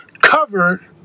covered